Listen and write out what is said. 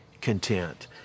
content